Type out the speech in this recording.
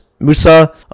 Musa